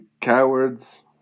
cowards